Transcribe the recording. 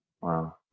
Wow